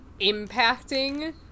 impacting